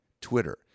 Twitter